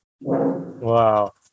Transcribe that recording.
Wow